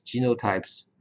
genotypes